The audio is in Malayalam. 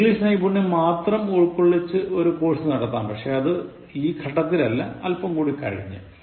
ഇംഗ്ലീഷ് നൈപുണ്യം മാത്രം ഉൾക്കൊള്ളിച്ചു ഒരു കോഴ്സ് നടത്താം പക്ഷേ അത് ഈ ഘട്ടത്തിലല്ല അല്പം കൂട് കഴിഞ്ഞ്